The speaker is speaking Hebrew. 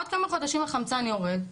עוד כמה חודשים החמצן יורד,